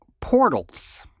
portals